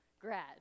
grad